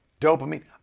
Dopamine